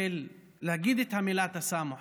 להגיד את המילה "תסאמוח",